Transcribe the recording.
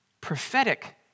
prophetic